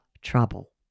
trouble